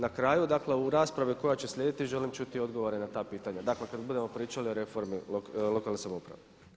Na kraju, dakle u raspravi koja će slijediti želim čuti odgovore na ta pitanja dakle kada budemo pričali o reformi lokalne samouprave.